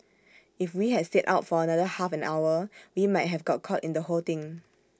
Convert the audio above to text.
if we had stayed out for another half an hour we might have got caught in the whole thing